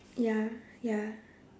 ya ya